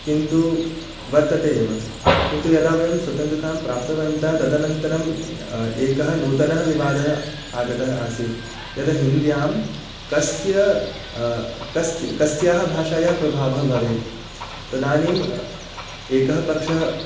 किन्तु वर्तते एव किन्तु यदा वयं स्वतन्त्रतां प्राप्तवन्तः तदनन्तरम् एकः नूतनः विवादः आगतः आसीत् यद् हिन्द्यां कस्य कस्य कस्याः भाषायाः प्रभावः भवेत् तदानीम् एकः पक्षः